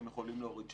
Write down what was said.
הם יכולים להוריד שלטר.